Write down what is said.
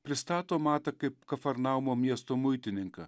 pristato matą kaip kafarnaumo miesto muitininką